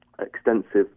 extensive